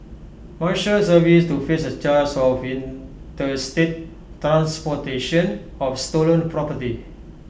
marshals service to face A charge of interstate transportation of stolen property